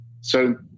So-